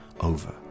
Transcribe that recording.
over